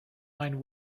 mind